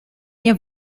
ihr